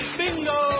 bingo